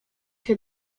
się